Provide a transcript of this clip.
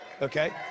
Okay